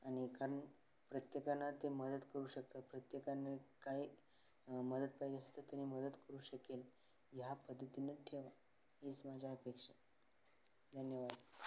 आणि कारण प्रत्येकांना ते मदत करू शकतात प्रत्येकाने काही मदत पाहिजे असते तरी मदत करू शकेन ह्या पद्धतीनं ठेवा हीच माझ्या अपेक्षा धन्यवाद